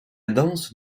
danse